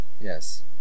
Yes